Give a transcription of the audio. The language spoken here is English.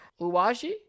Uwashi